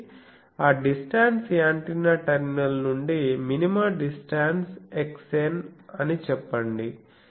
కాబట్టి ఆ distance antenna terminal నుండి మినిమా డిస్టెన్స్ xn అని చెప్పండి